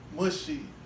mushy